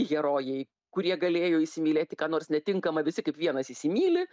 herojai kurie galėjo įsimylėti ką nors netinkamą visi kaip vienas įsimyli